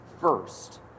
first